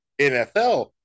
NFL